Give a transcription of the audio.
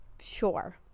Sure